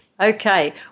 Okay